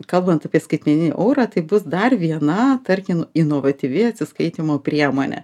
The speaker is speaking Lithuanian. kalbant apie skaitmeninį ourą tai bus dar viena tarkim inovatyvi atsiskaitymo priemonė